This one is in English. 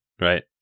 right